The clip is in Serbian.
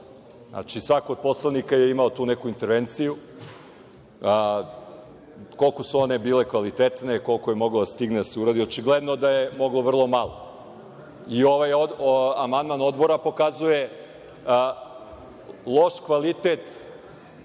Svako od poslanika je imao tu neku intervenciju. Koliko su one bile kvalitetne, koliko je moglo da se stigne da se uradi, očigledno da je moglo vrlo malo. I ovaj amandman Odbora pokazuje loš kvalitet